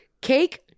Cake